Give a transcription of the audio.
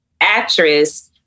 actress